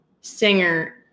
Singer